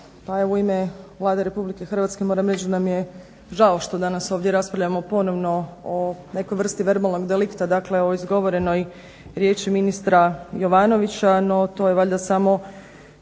Pa evo u ime Vlade Republike Hrvatske moram reći da nam je žao što danas i ovdje raspravljamo ponovno o nekoj vrsti verbalnog delikta, dakle o izgovorenoj riječi ministra Jovanović, no to je valjda samo